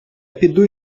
піду